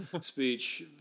speech